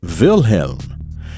Wilhelm